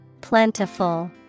Plentiful